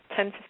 10